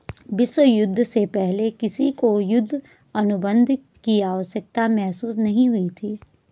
विश्व युद्ध से पहले किसी को युद्ध अनुबंध की आवश्यकता महसूस नहीं हुई थी